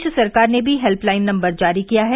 प्रदेश सरकार ने भी हेल्पलाइन नम्बर जारी किया है